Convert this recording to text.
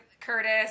Curtis